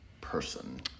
person